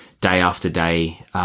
day-after-day